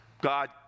God